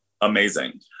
Amazing